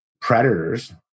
predators